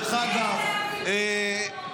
דרך אגב,